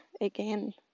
again